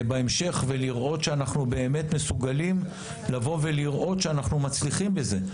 בהמשך ולראות שאנחנו באמת מסוגלים לבוא ולראות שאנחנו מצליחים בזה,